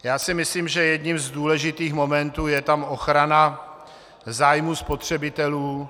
Já si myslím, že jedním z důležitých momentů je tam ochrana zájmu spotřebitelů.